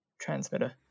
transmitter